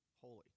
holy